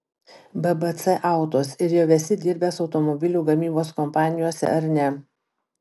bbc autos ir jau esi dirbęs automobilių gamybos kompanijose ar ne